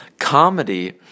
Comedy